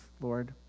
Lord